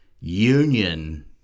union